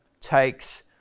takes